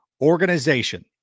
organization